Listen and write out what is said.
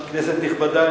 כנסת נכבדה,